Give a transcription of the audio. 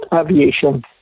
aviation